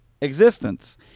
existence